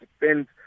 depends